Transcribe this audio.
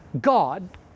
God